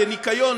לניקיון,